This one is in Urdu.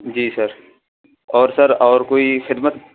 جی سر اور سر اور کوئی خدمت